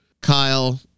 Kyle